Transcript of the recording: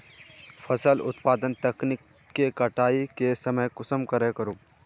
फसल उत्पादन तकनीक के कटाई के समय कुंसम करे करूम?